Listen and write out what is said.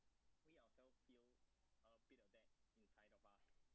we all felt feel a bit of that you kind of off